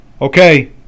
Okay